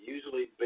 Usually